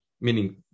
meaning